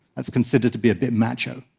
that's considered to be a bit macho.